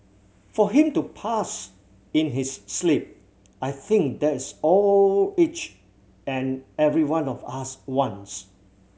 for him to pass in his sleep I think that is all each and every one of us wants